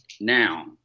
now